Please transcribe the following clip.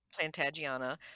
Plantagiana